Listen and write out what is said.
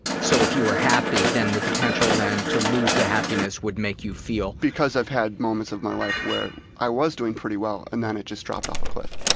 so if you were happy then the potential then to lose the happiness would make you feel john because i've had moments of my life where i was doing pretty well and then it just dropped off a cliff.